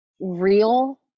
real